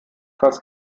fast